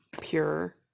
pure